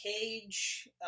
Cage